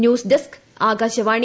news desk Akashvani